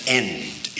end